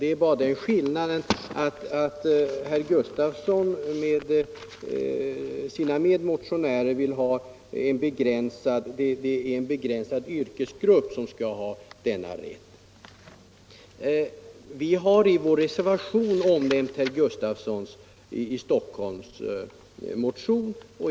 Det är bara den skillnaden att herr Gustafsson och hans medmotionärer vill att det skall vara en begränsad yrkesgrupp som skall ha denna rätt. Vi har i vår reservation omnämnt herr Gustafssons i Stockholm motion.